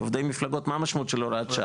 כי עובדי מפלגות מה המשמעות של הוראת שעה?